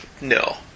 no